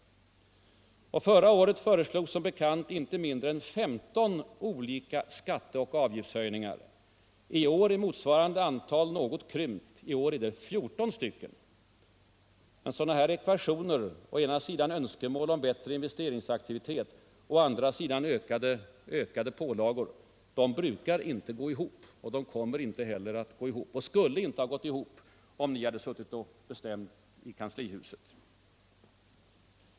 Förra året föreslogs som bekant inte mindre än 15 olika skatte och avgiftshöjningar. I år är motsvarande antal något krympt — i år är det 14. Sådana ekvationer — å ena sidan önskemål om bättre investeringsaktivitet, å andra sidan ökade pålagor — brukar inte gå ihop, och skulle inte ha gått ihop om ni hade suttit och bestämt i kanslihuset.